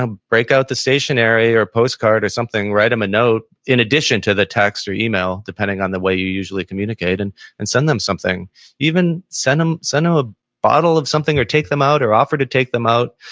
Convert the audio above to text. ah break out the stationary or a postcard or something, write them a note in addition to the text or email, depending on the way you usually communicate, and and send them something even send them um a bottle of something or take them out or offer to take them out.